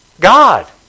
God